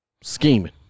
Scheming